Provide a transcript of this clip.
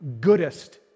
goodest